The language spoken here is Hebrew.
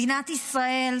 מדינת ישראל,